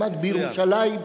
למד בירושלים,